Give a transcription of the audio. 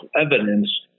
evidence